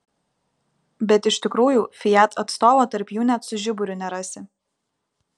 bet iš tikrųjų fiat atstovo tarp jų net su žiburiu nerasi